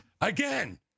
Again